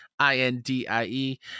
i-n-d-i-e